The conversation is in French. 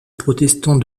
protestant